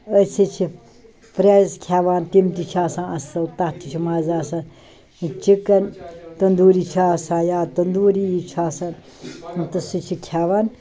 أسۍ حظ چھِ پرز کھیٚوان تِم تہِ چھِ آسان اَصٕل تَتھ تہِ چھِ مَزٕ آسان چِکَن تندوٗری چھِ آسان یا تندوٗری یہِ چھِ آسان تہٕ سُہ چھِ کھیٚوَن